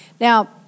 Now